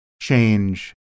change